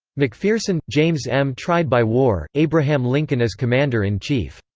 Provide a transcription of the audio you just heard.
mcpherson, james m. tried by war abraham lincoln as commander in chief.